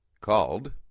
Called